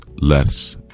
less